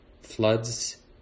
floods